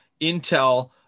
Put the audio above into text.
Intel